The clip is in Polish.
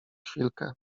chwilkę